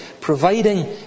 providing